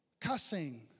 Cussing